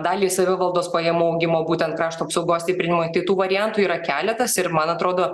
dalį savivaldos pajamų augimo būtent krašto apsaugos stiprinimui tai tų variantų yra keletas ir man atrodo